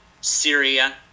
Syria